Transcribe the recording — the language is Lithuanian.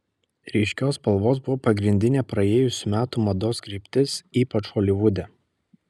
ryškios spalvos buvo pagrindinė praėjusių metų mados kryptis ypač holivude